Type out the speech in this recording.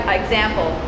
example